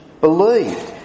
believed